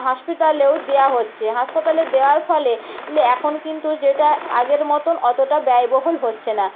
হাসপাতালেও দেওয়া হচ্ছে হাসপাতালে দেওয়ার ফলে এখন কিন্তু যেটা আগের মতন অতটা ব্যয়বহুল হচ্ছে না